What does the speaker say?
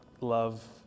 love